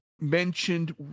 mentioned